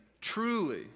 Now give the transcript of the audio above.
truly